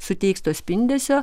suteiks to spindesio